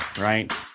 right